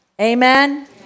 Amen